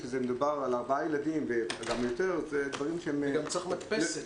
כשמדובר על 4 ילדים וגם יותר -- גם צריך מדפסת.